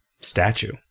Statue